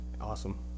Awesome